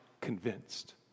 convinced